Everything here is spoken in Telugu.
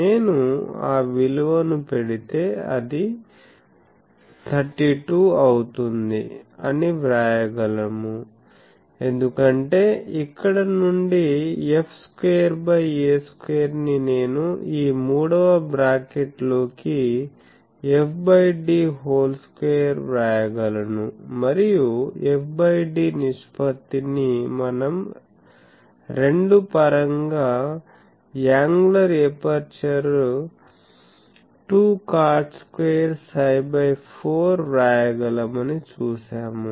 నేను ఆ విలువను పెడితే అది 32 అవుతుంది అని వ్రాయగలము ఎందుకంటే ఇక్కడ నుండి f2a2 ని నేను ఈ మూడవ బ్రాకెట్లోకి f d2 వ్రాయగలను మరియు f d నిష్పత్తి ని మనం 2 పరంగా యాంగులర్ ఎపర్చరు 2cot2 ψ4 వ్రాయగలమని చూశాము